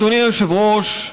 אדוני היושב-ראש,